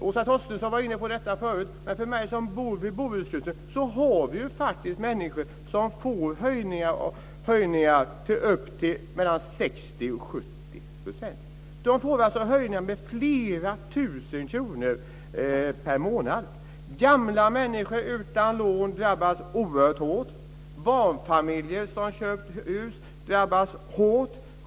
Åsa Torstensson var inne på detta förut, nämligen att det finns människor som får höjningar på upp till 60-70 %. De får höjningar med flera tusen kronor per månad. Gamla människor utan lån drabbas oerhört hårt. Barnfamiljer som har köpt hus drabbas hårt.